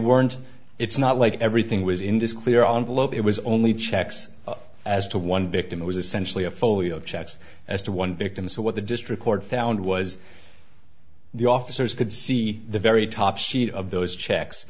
weren't it's not like everything was in this clear on it was only checks as to one victim it was essentially a folio chats as to one victim so what the district court found was the officers could see the very top sheet of those checks